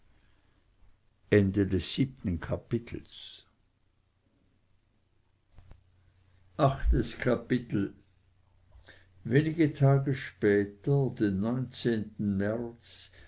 achtes kapitel wenige tage später den neunzehnten märz